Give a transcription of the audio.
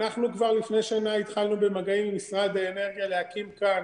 אנחנו כבר לפני שנה התחלנו במגעים עם משרד האנרגיה להקים כאן